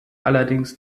allerdings